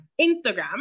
instagram